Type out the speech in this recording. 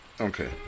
Okay